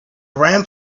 ramp